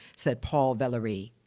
said paul valery.